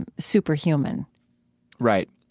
and superhuman right.